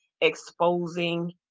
exposing